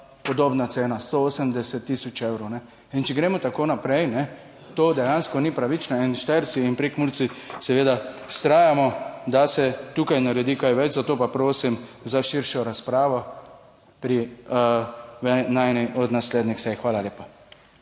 podobna cena 180 tisoč evrov. In če gremo tako naprej, to dejansko ni pravično. Štajerci in Prekmurci seveda vztrajamo, da se tukaj naredi kaj več, zato pa prosim za širšo razpravo na eni od naslednjih sej. Hvala lepa.